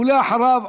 ואחריו,